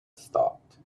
stopped